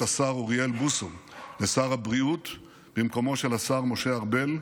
השר אוריאל בוסו לשר הבריאות במקומו של השר משה ארבל,